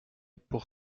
pour